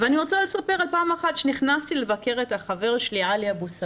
ואני רוצה לספר על פעם אחת כשנכנסתי לחבר את החבר שלי עלי אבו סבילה,